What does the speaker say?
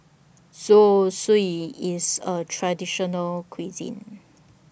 Zosui IS A Traditional Cuisine